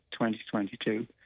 2022